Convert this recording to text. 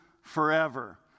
forever